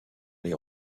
les